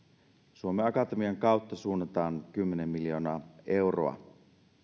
suomen akatemian kautta suunnataan kymmenen miljoonaa euroa